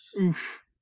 Oof